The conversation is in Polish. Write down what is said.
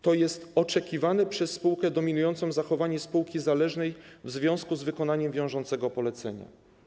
To jest oczekiwane przez spółkę dominującą zachowanie spółki zależnej w związku z wykonaniem wiążącego polecenia.